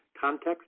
context